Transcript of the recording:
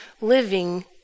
living